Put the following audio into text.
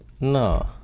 No